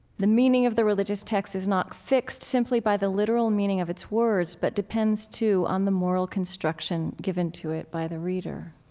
the meaning of the religious text is not fixed simply by the literal meaning of its words but depends, too, on the moral construction given to it by the reader.